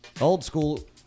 Old-school